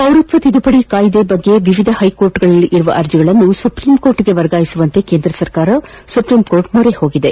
ಪೌರತ್ವ ತಿದ್ದುಪಡಿ ಕಾಯ್ದೆ ಕುರಿತಂತೆ ವಿವಿಧ ಹೈಕೋರ್ಟ್ಗಳಲ್ಲಿರುವ ಅರ್ಜಿಗಳನ್ನು ಸುಪ್ರೀಂಕೋರ್ಟ್ಗೆ ವರ್ಗಾಯಿಸುವಂತೆ ಕೇಂದ್ರ ಸರ್ಕಾರ ಸುಪ್ರೀಂಕೋರ್ಟ್ ಮೊರೆ ಹೋಗಿದೆ